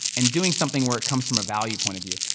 and doing something where it comes from a value point of view,